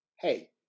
hey